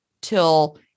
till